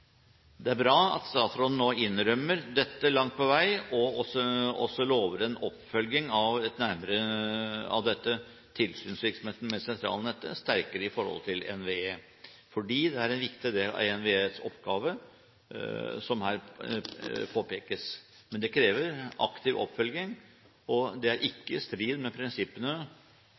Det er bra at statsråden nå innrømmer dette langt på vei og også lover en oppfølging av tilsynsvirksomheten med sentralnettet sterkere i forhold til NVE, fordi det er en viktig del av NVEs oppgave som her påpekes, men det krever aktiv oppfølging, og det er ikke i strid med prinsippene